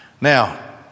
Now